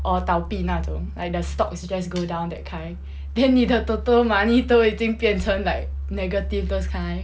or 倒闭那种 like the stock is just go down that kind then 妳的 TOTO money 都已经变成 like negative those kind